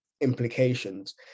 implications